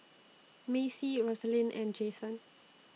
Macy Rosalyn and Jasen